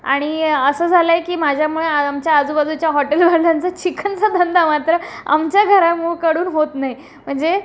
आणि असं झालंय की माझ्यामुळे आ आमच्या आजूबाजूच्या हॉटेलवाल्यांचा चिकनचा धंदा मात्र आमच्या घराकडून होत नाही म्हणजे